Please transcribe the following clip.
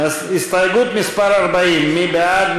הסתייגות מס' 40, מי בעד?